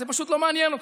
זה פשוט לא מעניין אתכם.